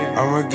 I'ma